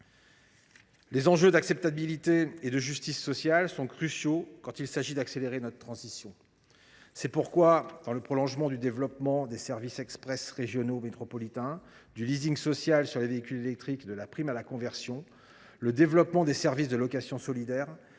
Les notions d’acceptabilité et de justice sociale sont cruciales quand il est question d’accélérer notre transition écologique. C’est pourquoi, avec le prolongement des services express régionaux métropolitains, le social sur les véhicules électriques et la prime à la conversion, le développement des services de location solidaire